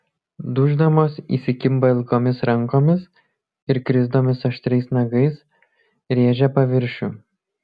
duždamos įsikimba ilgomis rankomis ir krisdamos aštriais nagais rėžia paviršių